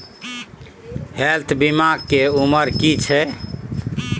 Health बीमा के उमर की छै?